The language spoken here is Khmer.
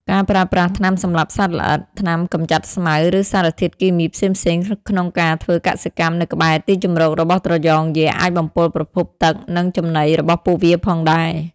ការប្រើប្រាស់ថ្នាំសម្លាប់សត្វល្អិត ថ្នាំកំចាត់ស្មៅ ឬសារធាតុគីមីផ្សេងៗក្នុងការធ្វើកសិកម្មនៅក្បែរទីជម្រករបស់ត្រយងយក្ស អាចបំពុលប្រភពទឹក និងចំណីរបស់ពួកវាផងដែរ។